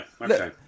okay